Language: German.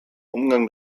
umgang